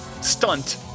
stunt